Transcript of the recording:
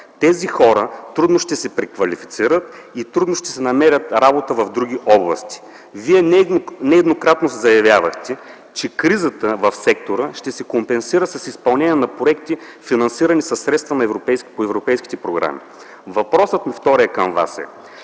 Тези хора трудно ще се преквалифицират и трудно ще си намерят работа в други области. Вие нееднократно заявявахте, че кризата в сектора ще се компенсира с изпълнение на проекти, финансирани със средства по европейските програми. Вторият ми въпрос към Вас е: